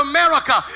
America